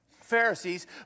Pharisees